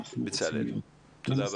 תודה רבה בצלאל, תודה רבה.